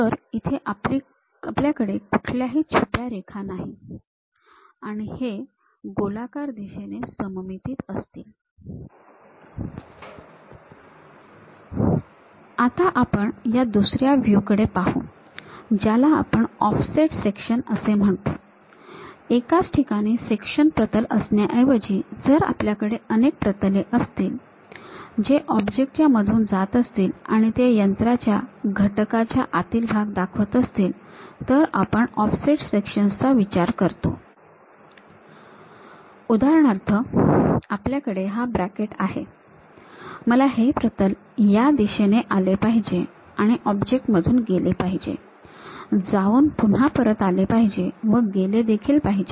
तर इथे आपलीकडे कुठल्याही छुप्या रेखा नाहीत आणि हे गोलाकार दिशेने सममितीत असतील आता आपण या दुसऱ्या व्ह्यू कडे पाहू ज्याला आपण ऑफसेट सेक्शन असे म्हणतो एकाच ठिकाणी सेक्शनल प्रतल असण्याऐवजी जर आपल्याकडे अनेक प्रतले असतील जे ऑब्जेक्ट च्या मधून जात असतील आणि त्या यंत्राच्या घटकाच्या आतील भाग दाखवत असतील तर आपण ऑफसेट सेक्शन्स चा विचार करतो उदाहरणार्थ आपल्याकडे हा ब्रॅकेट आहे मला हे प्रतल या दिशेने आत आले पाहिजे आणि ऑब्जेक्ट मधून गेले पाहिजे जाऊन पुहा परत आले पाहिजे व गेले देखील पाहिजे